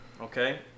Okay